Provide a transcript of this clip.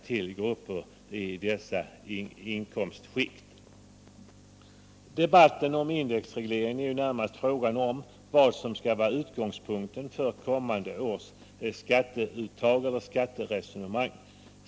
Debatten om indexregleringen gäller närmast vad som skall vara utgångspunkten för kommande års skatteuttag eller skatteresonemang.